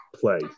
play